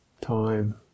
time